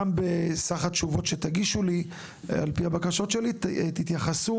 גם בסך התשובות שתגישו לי על פי הבקשות שלי תתייחסו